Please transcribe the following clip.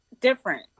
Different